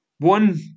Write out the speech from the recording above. One